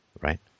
right